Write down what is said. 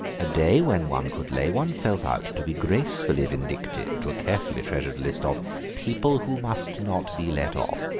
a day when one could lay oneself out to be gracefully vindictive to a carefully treasured list of people who must not be let off